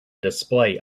display